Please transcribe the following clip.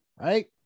right